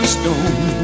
stone